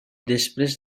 després